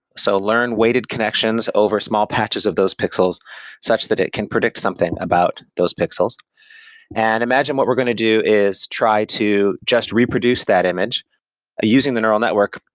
so learn weighted connections over small patches of those pixels such that it can predict something about those pixels and imagine what we're going to do is try to just reproduce that image using the neural network,